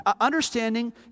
Understanding